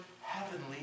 heavenly